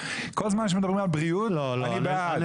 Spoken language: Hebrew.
כל הזמן שאנחנו מדברים על הבריאות אני בעד,